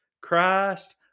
Christ